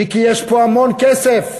מיקי, יש פה המון כסף,